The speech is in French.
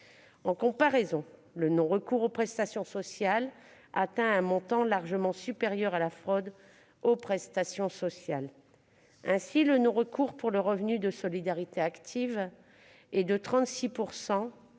En comparaison, le non-recours aux prestations sociales atteint un montant largement supérieur à la fraude aux prestations sociales. Ainsi, le non-recours pour le revenu de solidarité active (RSA) est de 36